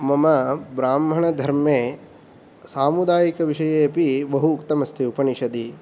मम ब्राह्मणधर्मे सामुदायिक विषयेऽपि बहु उक्तम् अस्ति उपनिषदि